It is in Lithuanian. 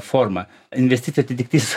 formą investicijų atitiktis